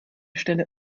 stelle